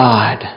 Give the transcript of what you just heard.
God